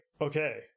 okay